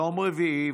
יום רביעי,